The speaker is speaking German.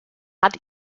hat